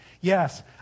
Yes